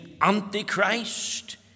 Antichrist